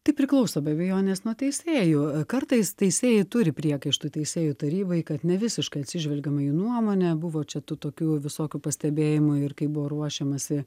tai priklauso be abejonės nuo teisėjų kartais teisėjai turi priekaištų teisėjų tarybai kad nevisiškai atsižvelgiama į nuomonę buvo čia tų tokių visokių pastebėjimų ir kai buvo ruošiamasi